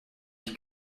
ich